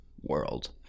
world